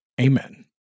Amen